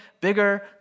bigger